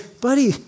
buddy